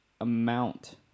amount